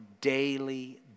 daily